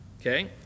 Okay